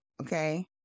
okay